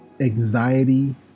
anxiety